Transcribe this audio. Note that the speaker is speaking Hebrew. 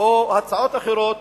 או הצעות אחרות,